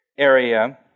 area